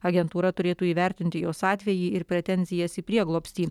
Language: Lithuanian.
agentūra turėtų įvertinti jos atvejį ir pretenzijas į prieglobstį